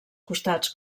costats